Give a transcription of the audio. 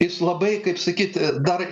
jis labai kaip sakyt dar